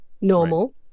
Normal